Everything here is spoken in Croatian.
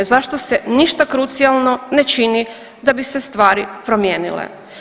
Zašto se ništa krucijalno ne čini da bi se stvari promijenile?